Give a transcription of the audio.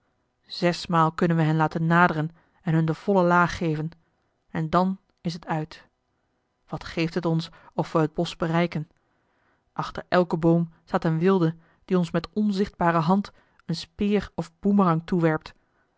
zesmaal kunnen we hen laten naderen en hun de volle laag geven en dan is het uit wat geeft het ons of we het bosch bereiken achter elken boom staat een wilde die ons met onzichtbare hand eene speer of